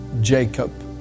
Jacob